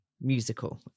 musical